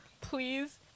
please